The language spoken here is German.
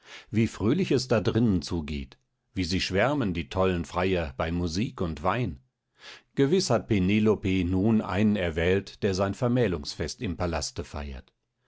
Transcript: wie fröhlich es da drinnen zugeht wie sie schwärmen die tollen freier bei musik und wein gewiß hat penelope nun einen erwählt der sein vermählungsfest im palaste feiert